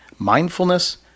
mindfulness